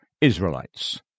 Israelites